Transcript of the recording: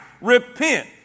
Repent